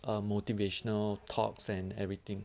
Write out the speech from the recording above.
err motivational talks and everything